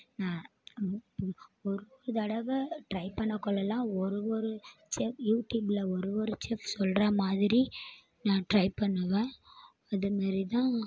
ஒரு ஒரு தடவை ட்ரை பண்ணக் கொள்ளலாம் ஒரு ஒரு செ யூடியூபில் ஒரு ஒரு செஃப் சொல்கிறா மாதிரி நான் ட்ரை பண்ணுவேன் அதுமாரி தான்